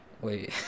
Wait